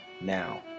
now